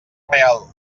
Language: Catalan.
real